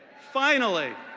finally!